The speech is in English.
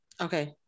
Okay